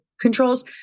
controls